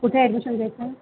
कुठे ॲडमिशन घ्यायचं आहे